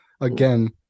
again